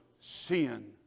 sin